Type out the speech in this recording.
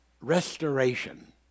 restoration